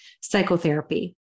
psychotherapy